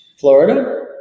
Florida